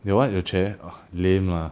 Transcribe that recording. your what your chair ugh lame lah